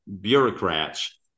bureaucrats